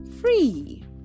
free